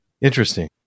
interesting